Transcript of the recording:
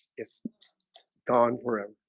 it's gone for him